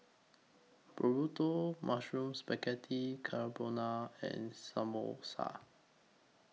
Burrito Mushroom Spaghetti Carbonara and Samosa